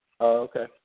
okay